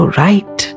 right